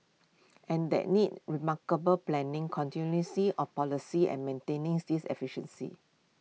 and that needs remarkable planning of policy and maintaining this efficiency